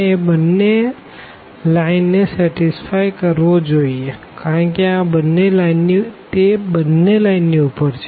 એ બંને લાઈન ને સેટીસ્ફાઈ કરવો જોઈએ કારણ કે તે બંને લાઈન ની ઉપર છે